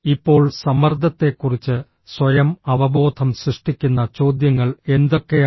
ഇപ്പോൾ സമ്മർദ്ദത്തെക്കുറിച്ച് സ്വയം അവബോധം സൃഷ്ടിക്കുന്ന ചോദ്യങ്ങൾ എന്തൊക്കെയാണ്